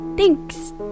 Thanks